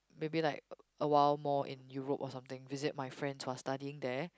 maybe like a while more in Europe or something visit my friends who are studying there